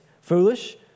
foolish